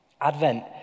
Advent